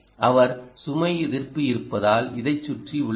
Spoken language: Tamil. அவர் சுமை எதிர்ப்பு இருப்பதால் இதைச் சுற்றி உள்ளது